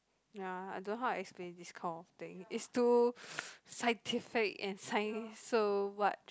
ya I don't know how to explain this kind of thing it's too scientific and science so what